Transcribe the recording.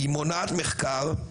היא מונעת מחקר.